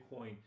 bitcoin